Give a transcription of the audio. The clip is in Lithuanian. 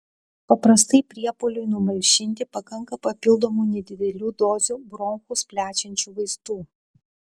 paprastai priepuoliui numalšinti pakanka papildomų nedidelių dozių bronchus plečiančių vaistų